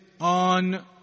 on